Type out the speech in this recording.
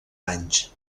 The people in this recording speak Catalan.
anys